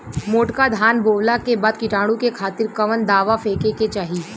मोटका धान बोवला के बाद कीटाणु के खातिर कवन दावा फेके के चाही?